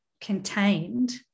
contained